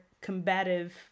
combative